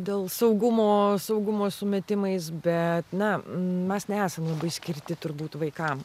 dėl saugumo saugumo sumetimais bet na mes nesam labai skirti turbūt vaikam